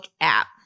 app